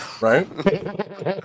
Right